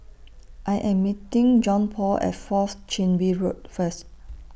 I Am meeting Johnpaul At Fourth Chin Bee Road First